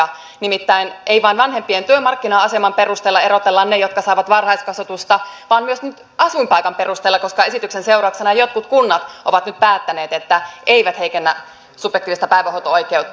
nimittäin ei vain vanhempien työmarkkina aseman perusteella erotella niitä jotka saavat varhaiskasvatusta vaan myös asuinpaikan perusteella koska esityksen seurauksena jotkut kunnat ovat nyt päättäneet että eivät heikennä subjektiivista päivähoito oikeutta